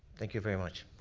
thank you very much.